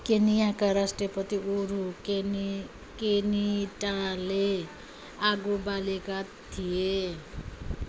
केन्याका राष्ट्रपति उहुरु केनि केनिटाले आगो बालेका थिए